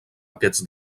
aquests